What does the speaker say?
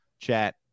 chat